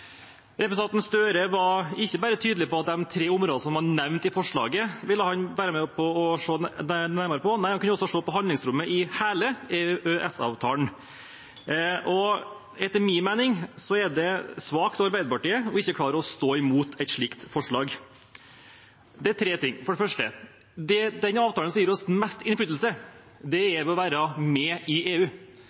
Representanten Gahr Støre var ikke bare tydelig på at han ville være med og se nærmere på de tre områdene som er nevnt i forslaget – nei, han kunne også se på handlingsrommet i hele EØS-avtalen. Etter min mening er det svakt av Arbeiderpartiet ikke å klare å stå imot et slikt forslag. Det er tre ting. For det første: Den avtalen som gir oss mest innflytelse, er den som gjør at vi er med i EU.